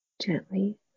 gently